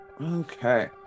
Okay